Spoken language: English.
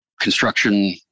construction